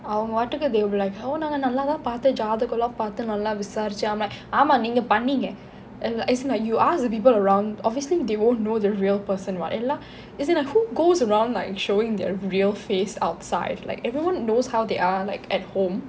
ah whatever they will be like oh நாங்க நல்ல தான் பார்த்து ஜாதகமெல்லாம் பாத்து விசாரிச்சோம் ஆமா நீங்க பண்ணீங்க:naanga nalla thaan paatthu jaathagamellam paathu visaarichom aama neenga panneenga as in like you ask the people around obviously they won't know the real person what lah as in who goes around showing their real face outside like everyone knows how they are like at home